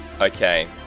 Okay